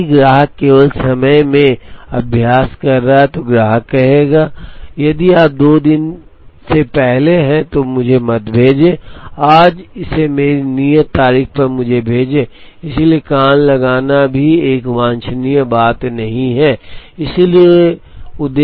यदि ग्राहक केवल समय में अभ्यास कर रहा है तो ग्राहक कहेगा यदि आप 2 दिन से पहले हैं तो मुझे मत भेजें आज इसे मेरी नियत तारीख पर मुझे भेजें इसलिए कान लगाना भी एक वांछनीय बात नहीं है